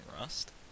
Rust